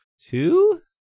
two